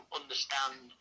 understand